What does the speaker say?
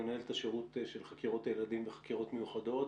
מנהלת השירות של חקירות הילדים וחקירות מיוחדות.